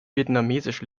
vietnamesisch